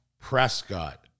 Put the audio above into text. Prescott